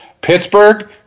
Pittsburgh